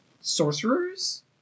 sorcerers